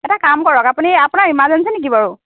এটা কাম কৰক আপুনি আপোনাৰ ইমানজেন্সি বাৰু নেকি বাৰু